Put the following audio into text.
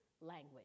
language